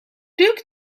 duke